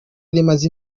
rimaze